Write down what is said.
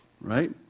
right